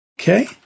Okay